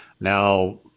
Now